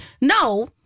no